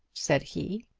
said he.